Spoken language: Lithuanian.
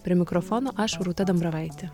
prie mikrofono aš rūta dambravaitė